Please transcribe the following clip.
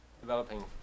developing